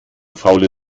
faule